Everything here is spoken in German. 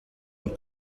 und